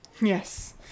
Yes